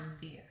fear